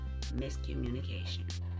miscommunication